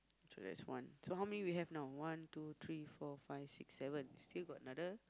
so that's one so how many we have now one two three four five six seven still got another